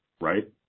Right